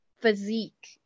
physique